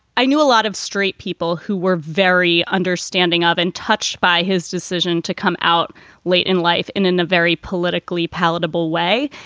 i knew a lot of straight people who were very understanding of and touched by his decision to come out late in life and in a very politically palatable way.